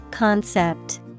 Concept